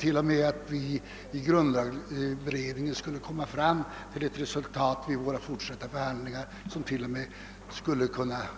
Det kan hända att vi i grundlagberedningen vid våra fortsatta förhandlingar rent av skulle kunna komma fram